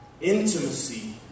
intimacy